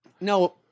No